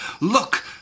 Look